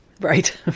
Right